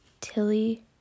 Tilly